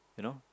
you know